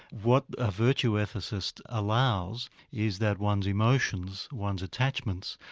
what a virtue ethicist allows is that one's emotions, one's attachments,